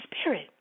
Spirit